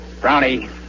Brownie